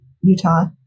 utah